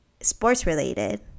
sports-related